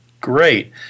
Great